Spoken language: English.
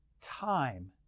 time